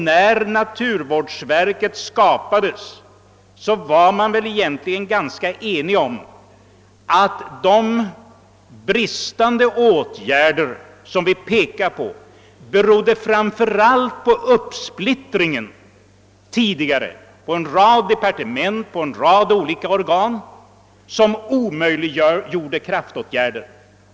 När naturvårdsverket skapades var man egentligen ganska enig om att de bristande åtgärder, som vi pekar på, i hög grad berodde på den tidigare uppsplittringen av hithörande frågor på en rad olika departement och en rad olika organ.